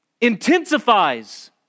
intensifies